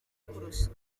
kurusha